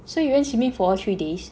so you went swimming for three days